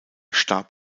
starb